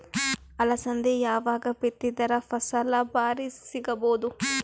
ಅಲಸಂದಿ ಯಾವಾಗ ಬಿತ್ತಿದರ ಫಸಲ ಭಾರಿ ಸಿಗಭೂದು?